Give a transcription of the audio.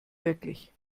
wirklich